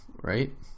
right